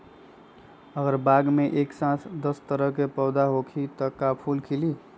अगर बाग मे एक साथ दस तरह के पौधा होखि त का फुल खिली?